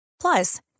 Plus